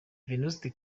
venuste